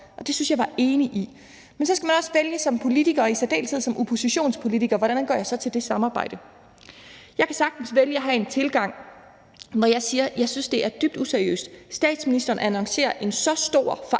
det var jeg enig i. Men så skal man også vælge som politiker og i særdeleshed som oppositionspolitiker, hvordan man går til det samarbejde. Jeg kan sagtens vælge at have en tilgang, hvor jeg siger, at jeg synes, det er dybt useriøst, at statsministeren annoncerer en så stor forandring